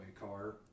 car